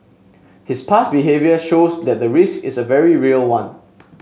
his past behaviour shows that the risk is a very real one